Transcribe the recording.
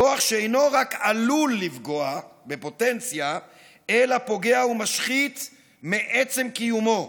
כוח שאינו רק עלול לפגוע בפוטנציה אלא פוגע ומשחית מעצם קיומו.